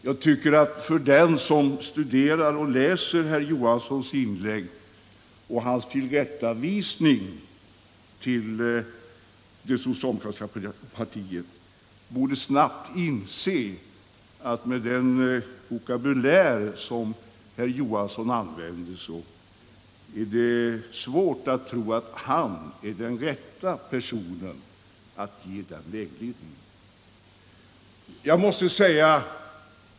Jag tycker att den som läser herr Johanssons inlägg och hans tillrättavisning av det socialdemokratiska partiet snabbt borde inse att herr Johansson, med den vokabulär han använde, knappast är den rätta personen att ge den vägledningen.